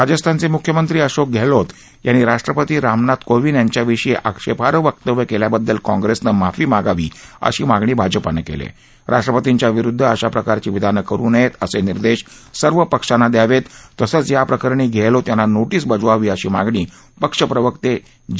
राजस्थानचमुख्यमंत्री अशोक गहलोत यांनी राष्ट्रपती रामनाथ कोविंद यांच्याविषयी आक्षप्राई वक्तव्य कल्याबद्दल काँग्रस्मिमाफी मागावी अशी मागणी भाजपानक्रिती आह राष्ट्रपतींच्या विरुद्ध अशा प्रकारची विधानं करु नयेअस निर्देश सर्व पक्षांना द्यावतिसंच या प्रकरणी गद्ध्वीत यांना नोटीस बजवावी अशी मागणी पक्षप्रवर्त्त जी